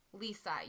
Lisa